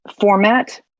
format